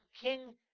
king